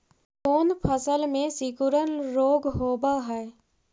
कोन फ़सल में सिकुड़न रोग होब है?